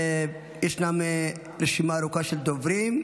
יש רשימה ארוכה של דוברים,